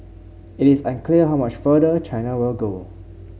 it is unclear how much farther China will go